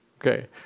Okay